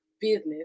business